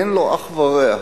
שאין לו אח ורע,